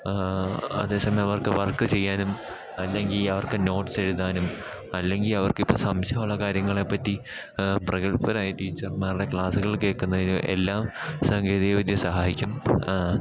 അതേ സമയം അവർക്ക് വർക്ക് ചെയ്യാനും അല്ലെങ്കി അവർക്ക് നോട്ട്സ് എഴുതാനും അല്ലെങ്കിൽ അവർക്ക് ഇപ്പം സംശയമുള്ള കാര്യങ്ങളെ പറ്റി പ്രഗൽഭരായ ടീച്ചർമാരുടെ ക്ലാസ്സുകൾ കേൾക്കുന്നതിന് എല്ലാം സാങ്കേതികവിദ്യ സഹായിക്കും